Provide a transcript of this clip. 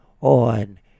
on